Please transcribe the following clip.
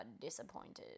disappointed